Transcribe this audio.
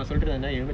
varied host